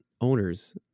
owners